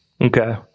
Okay